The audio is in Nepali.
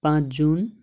पाँच जुन